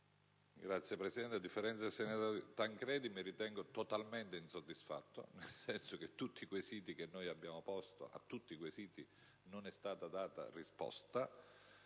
Signora Presidente, a differenza del senatore Tancredi, mi ritengo totalmente insoddisfatto, perché a tutti i quesiti che abbiamo posto non è stata data risposta.